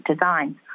designs